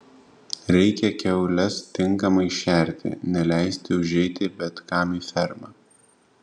reikia kiaules tinkamai šerti neleisti užeiti bet kam į fermą